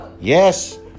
Yes